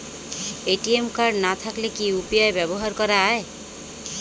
ATM card না থাকলে কি ইউ.পি.আই ব্যবহার করা য়ায়?